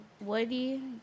Woody